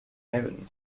heaven